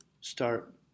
start